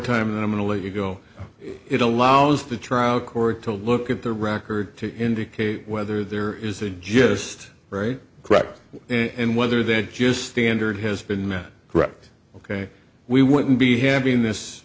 time than mentally to go it allows the trial court to look at the record to indicate whether there is a just right correct and whether that just standard has been met correct ok we wouldn't be having this